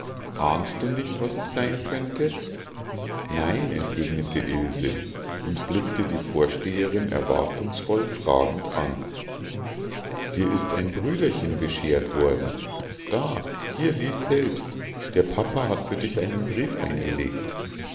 ahnst du nicht was es sein könnte nein entgegnete ilse und blickte die vorsteherin erwartungsvoll fragend an dir ist ein brüderchen beschert worden da hier lies selbst der papa hat für dich einen brief eingelegt